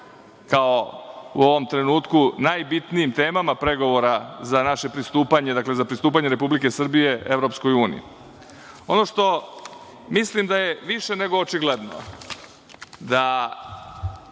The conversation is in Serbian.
kao u ovom trenutku najbitnijim temama pregovora za naše pristupanje, dakle za pristupanje Republike Srbije EU.Ono što mislim da je više nego očigledno, jeste